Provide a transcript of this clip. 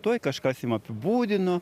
tuoj kažkas ima apibūdino